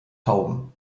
tauben